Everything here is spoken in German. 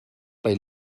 bei